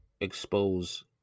expose